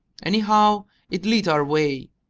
anyhow it lit our way,